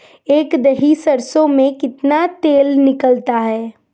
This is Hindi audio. एक दही सरसों में कितना तेल निकलता है?